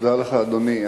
תודה לך, אדוני.